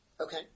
Okay